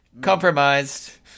compromised